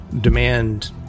demand